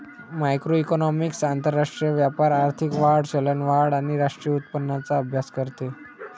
macroeconomics आंतरराष्ट्रीय व्यापार, आर्थिक वाढ, चलनवाढ आणि राष्ट्रीय उत्पन्नाचा अभ्यास करते